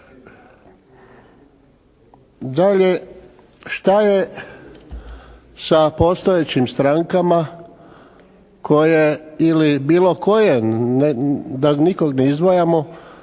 Dalje, šta je sa postojećim strankama koje ili bilo koje da nikog ne izdvajamo,